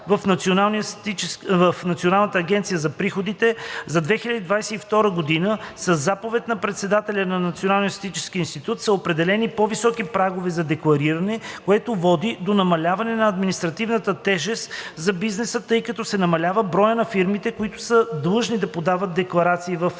в Националната агенция за приходите. За 2022 г. със Заповед на председателя на Националния статистически институт са определени по-високи прагове за деклариране, което води до намаляване на административната тежест за бизнеса, тъй като се намалява броят на фирмите, които са длъжни да подават декларации в НАП.